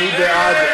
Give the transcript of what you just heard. מי בעד?